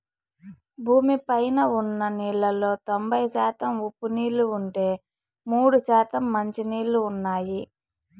భూమి పైన ఉన్న నీళ్ళలో తొంబై శాతం ఉప్పు నీళ్ళు ఉంటే, మూడు శాతం మంచి నీళ్ళు ఉన్నాయి